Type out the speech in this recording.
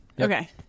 Okay